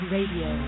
Radio